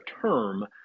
term